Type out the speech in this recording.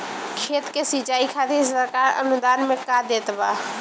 खेत के सिचाई खातिर सरकार अनुदान में का देत बा?